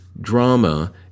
drama